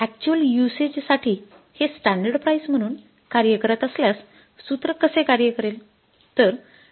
actual usage साठी हे standard price म्हणून कार्य करत असल्याससूत्र कसे कार्य करेल